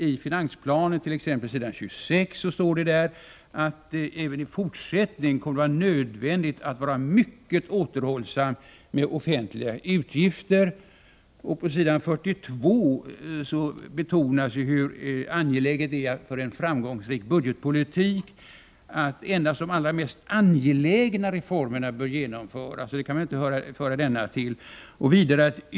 I finansplanen på s. 26 står det: ”Även i fortsättningen kommer det således att vara nödvändigt att vara mycket återhållsam med offentliga utgifter.” Och på s. 42 betonas hur angeläget detta är för en framgångsrik budgetpolitik. Där skriver finansministern: ”Endast de allra mest angelägna reformerna bör genomföras.